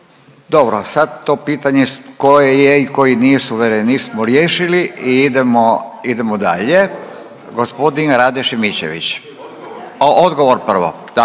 Dobro, sad to pitanje koji je i koji nije suverenist smo riješili i idemo, idemo dalje, g. Rade Šimičević. …/Upadica